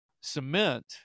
cement